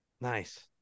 Nice